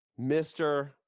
Mr